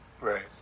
Right